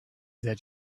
that